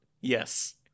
Yes